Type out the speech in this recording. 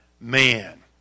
man